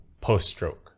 post-stroke